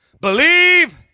believe